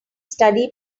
study